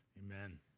Amen